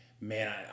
man